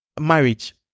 marriage